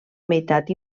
meitat